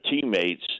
teammates